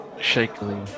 shakily